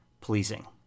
pleasing